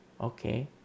Okay